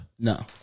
No